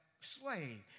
slave